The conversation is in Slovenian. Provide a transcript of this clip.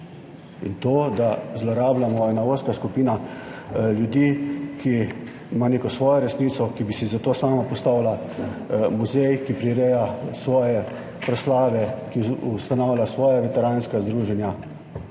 in da to zlorablja ena ozka skupina ljudi, ki ima neko svojo resnico, ki bi si zato sama postavila muzej, ki prireja svoje proslave, ki ustanavlja svoja veteranska združenja,